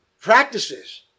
practices